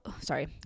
sorry